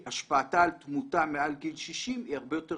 השפעתה על תמותה מעל גיל 60 היא הרבה יותר